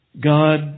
God